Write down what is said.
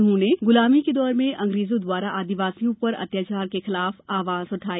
उन्होंने गुलामी के दौर में अंग्रेजों द्वारा आदिवासियों पर अत्याचार के खिलाफ आवाज उठाई